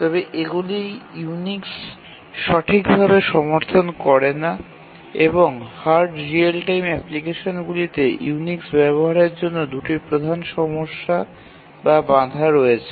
তবে এগুলি ইউনিক্স সঠিকভাবে সমর্থন করে না এবং হার্ড রিয়েল টাইম অ্যাপ্লিকেশনটিতে ইউনিক্স ব্যবহারের জন্য দুটি প্রধান সমস্যা বা বাধা রয়েছে